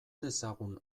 dezagun